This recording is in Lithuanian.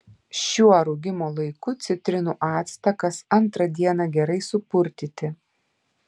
šiuo rūgimo laiku citrinų actą kas antrą dieną gerai supurtyti